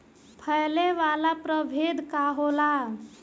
फैले वाला प्रभेद का होला?